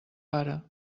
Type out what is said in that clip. pare